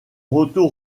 retour